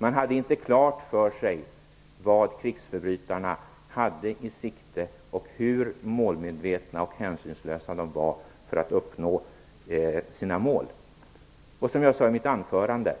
Man hade inte klart för sig vad krigsförbrytarna hade i sikte och hur målmedvetna och hänsynslösa de var för att uppnå sina mål. Som jag sade i mitt anförande är